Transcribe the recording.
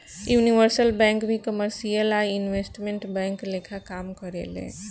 universal bank भी commercial आ investment bank लेखा काम करेले